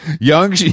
young